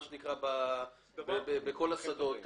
בשדות,